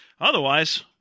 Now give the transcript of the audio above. Otherwise –